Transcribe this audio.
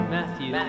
Matthew